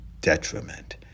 detriment